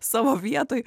savo vietoj